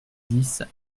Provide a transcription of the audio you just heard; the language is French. dix